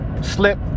slip